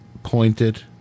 Pointed